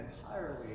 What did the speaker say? entirely